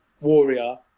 warrior